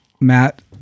Matt